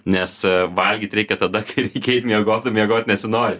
nes valgyt reikia tada ir eit miegot o miegot nesinori